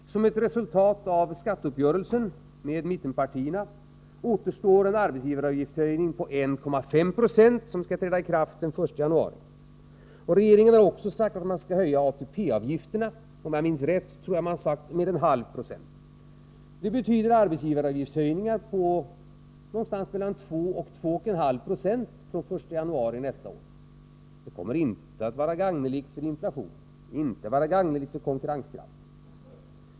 Som ett resultat av skatteuppgörelsen med mittenpartierna återstår en arbetsgivaravgiftshöjning på 1,5 96, som skall träda i kraft den 1 januari. Regeringen har också sagt att man skall höja ATP-avgifterna. En halv procentenhet har nämnts i sammanhanget om jag minns rätt. Det kan betyda arbetsgivaravgiftshöjningar på någonstans mellan 2 och 2,5 90 från den 1 januari nästa år. Det kommer inte att vara gagneligt med tanke på inflationen. Det kommer inte att vara gagneligt för konkurrenskraften.